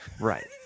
Right